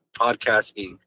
podcasting